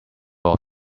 off